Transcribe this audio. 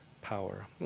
power